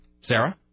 Sarah